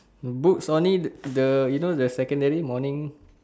books only the you know the secondary morning